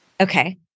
Okay